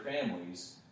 families